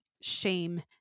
shame